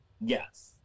Yes